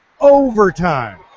overtime